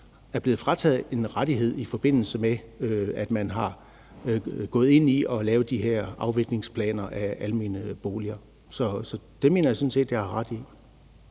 er blevet frataget en rettighed, i forbindelse med at man er gået ind i at lave de her afviklingsplaner af almene boliger. Det mener jeg sådan set jeg har ret i.